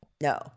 No